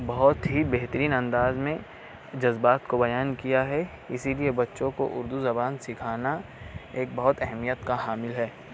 بہت ہی بہترین انداز میں جذبات کو بیان کیا ہے اسی لیے بچوں کو اردو زبان سکھانا ایک بہت اہمیت کا حامل ہے